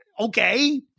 Okay